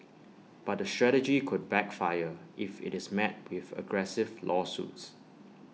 but the strategy could backfire if IT is met with aggressive lawsuits